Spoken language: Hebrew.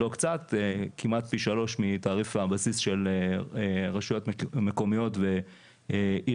כמעט פי שלושה מתעריף הבסיס של רשויות מקומיות ועיריות,